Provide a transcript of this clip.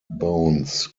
bones